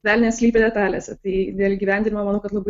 velnias slypi detalėse tai dėl įgyvendinimo manau kad labai